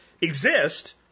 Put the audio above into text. exist